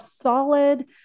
solid